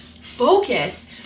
focus